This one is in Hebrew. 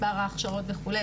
מספר ההכשרות וכו'.